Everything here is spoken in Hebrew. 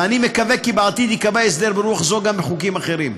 ואני מקווה כי בעתיד ייקבע הסדר ברוח זו גם בחוקים האחרים.